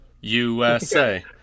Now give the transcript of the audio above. USA